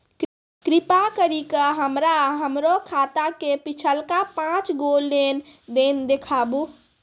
कृपा करि के हमरा हमरो खाता के पिछलका पांच गो लेन देन देखाबो